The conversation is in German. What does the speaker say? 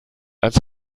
als